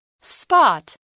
Spot